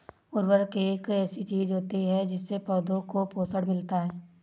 उर्वरक एक ऐसी चीज होती है जिससे पौधों को पोषण मिलता है